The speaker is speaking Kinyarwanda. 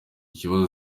kibazo